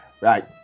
right